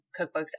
cookbooks